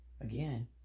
again